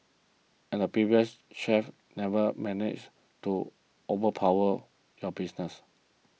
and the previous chef never managed to overpower your business